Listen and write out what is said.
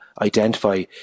identify